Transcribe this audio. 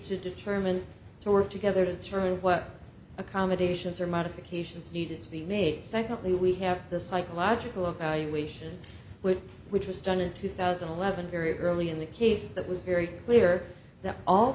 to determine to work together to churn what accommodations are modifications needed to be made secondly we have the psychological evaluation with which was done in two thousand and eleven very early in the case that was very clear that all